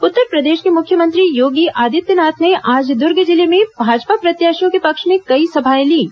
उत्तरप्रदेश के मुख्यमंत्री योगी आदित्यनाथ ने आज दर्ग जिले में भाजपा प्रत्याशियों के पक्ष में कई सभाएं लीं